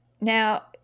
now